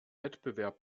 wettbewerb